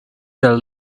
their